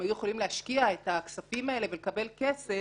הם היו יכולים להשקיע את הכספים האלה ולקבל כסף,